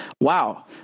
Wow